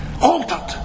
altered